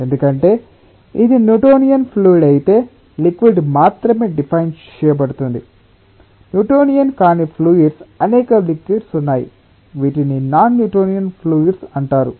ఎందుకంటే ఇది Newtonian fluid అయితే లిక్విడ్ కి మాత్రమే డిఫైన్ చేయబడుతుంది న్యూటోనియన్ కాని ఫ్లూయిడ్స్ అనేక లిక్విడ్స్ ఉన్నాయి వీటిని నాన్ న్యూటోనియన్ ఫ్లూయిడ్స్ అంటారు